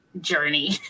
journey